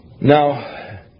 Now